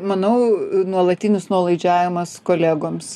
manau nuolatinis nuolaidžiavimas kolegoms